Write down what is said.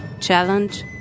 challenge